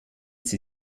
sie